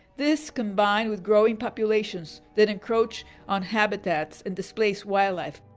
this, combined with growing populations that encroach on habitats and displace wildlife,